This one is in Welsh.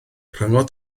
rhyngot